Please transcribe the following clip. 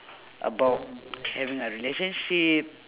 about having a relationship